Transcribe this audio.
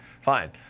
Fine